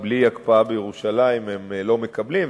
כי בלי הקפאה בירושלים הם לא מקבלים,